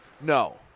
No